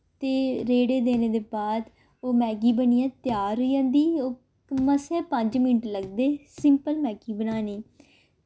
ते रेड़े देने दे बाद ओह् मैगी बनियै त्यार होई जंदी ओह् मसां पंज मिन्ट लगदे सिंपल मैगी बनाने गी